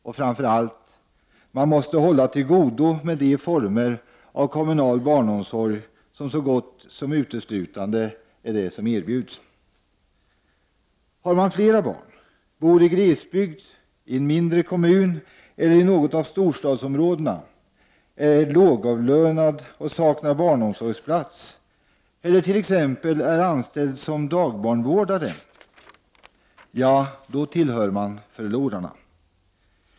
Och framför allt — man måste hålla till godo med de former av kommunal barnomsorg som så gott som uteslutande är det som erbjuds. Har man flera barn, bor i glesbygd, i en mindre kommun eller i något av storstadsområdena, är lågavlönad och saknar barnomsorgsplats eller t.ex. är anställd som dagbarnvårdare — ja, då tillhör man förlorarna.